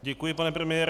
Děkuji, pane premiére.